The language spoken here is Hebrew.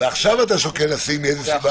ועכשיו אתה שוקל לשים מאיזו סיבה?